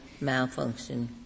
malfunction